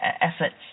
efforts